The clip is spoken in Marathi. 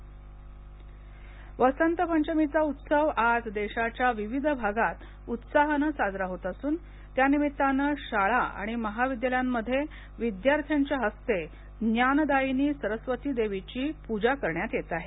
वसंत पंचमी वसंत पंचमीचा उत्सव आज देशाच्या विविध भागात उत्साहाने साजरा होत असून त्यानिमित्ताने शाळा आणि महाविद्यालयामध्ये विद्यार्थ्यांच्या हस्ते ज्ञानदायिनी सरस्वती देवीची पूजा करण्यात येत आहे